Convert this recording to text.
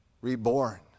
reborn